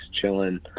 chilling